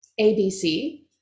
ABC